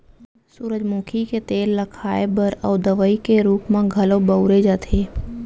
सूरजमुखी के तेल ल खाए बर अउ दवइ के रूप म घलौ बउरे जाथे